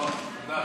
טוב, תודה.